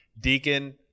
Deacon